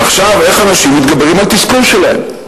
ועכשיו, איך אנשים מתגברים על התסכול שלהם?